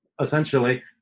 essentially